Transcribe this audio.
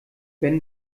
wenn